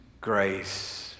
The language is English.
grace